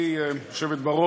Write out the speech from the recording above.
שילך.